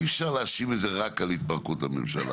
אי אפשר להאשים את זה רק על התפרקות הממשלה.